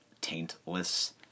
taintless